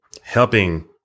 helping